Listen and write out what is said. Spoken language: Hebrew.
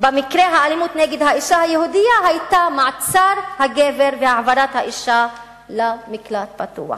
במקרה האלימות נגד האשה היהודייה היו מעצר הגבר והעברת האשה למקלט בטוח.